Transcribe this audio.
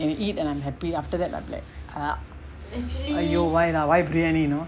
can eat and I'm happy after that I'll be like err !aiyo! why ah why briyani you know